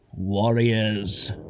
Warriors